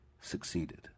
succeeded